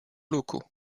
locaux